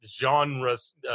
genres